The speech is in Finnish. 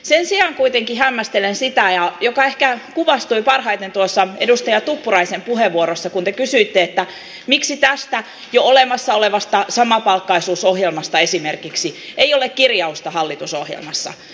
sen sijaan kuitenkin hämmästelen sitä mikä ehkä kuvastui parhaiten tuossa edustaja tuppuraisen puheenvuorossa kun te kysyitte miksi tästä jo olemassa olevasta samapalkkaisuusohjelmasta esimerkiksi ei ole kirjausta hallitusohjelmassa